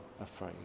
afraid